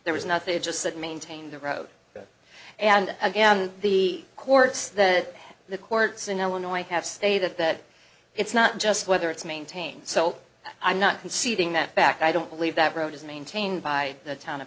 there was nothing i just said maintain the road and again the courts that the courts in illinois have stayed that it's not just whether it's maintained so i'm not conceding that fact i don't believe that road is maintained by the town of